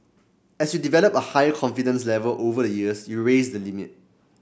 as you develop a higher confidence level over the years you raise the limit